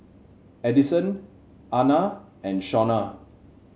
Edison Ana and Shonna